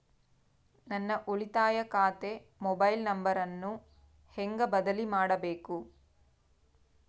ನನ್ನ ಉಳಿತಾಯ ಖಾತೆ ಮೊಬೈಲ್ ನಂಬರನ್ನು ಹೆಂಗ ಬದಲಿ ಮಾಡಬೇಕು?